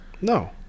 No